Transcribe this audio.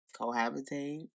cohabitate